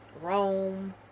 rome